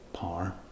power